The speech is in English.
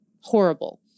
Horrible